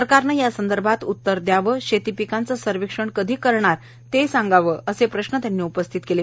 सरकारनं यासंदर्भात उत्तर द्यावं शेतीपिकांचं सर्वेक्षण कधी करणार ते सागावं असे प्रश्न त्यांनी उपस्थित केले